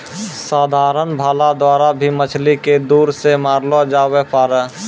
साधारण भाला द्वारा भी मछली के दूर से मारलो जावै पारै